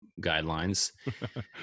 guidelines